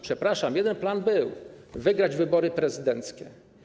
Przepraszam, jeden plan był - wygrać wybory prezydenckie.